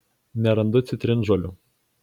nerandu citrinžolių